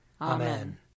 Amen